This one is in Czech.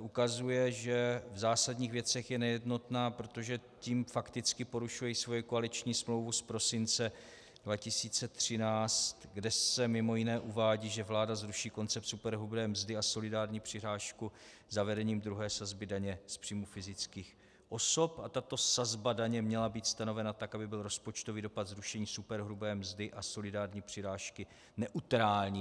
ukazuje, že v zásadních věcech je nejednotná, protože tím fakticky porušuje svoji koaliční smlouvu z prosince 2013, kde se mimo jiné uvádí, že vláda zruší koncept superhrubé mzdy a solidární přirážku zavedením druhé sazby daně z příjmů fyzických osob, a tato sazba daně měla být stanovena tak, aby byl rozpočtový dopad zrušení superhrubé mzdy a solidární přirážky neutrální.